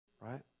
right